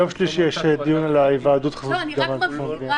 ביום שלישי יש דיון על ההיוועדות החזותית על ועדת